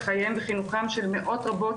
מנהלת בית ספר שאחראית על חייהם וחינוכם של מאות רבות,